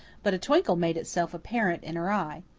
but a twinkle made itself apparent in her eye.